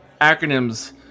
acronyms